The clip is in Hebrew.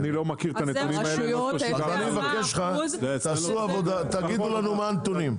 אני מבקש, תגידו לנו מה הנתונים.